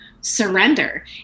surrender